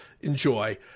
enjoy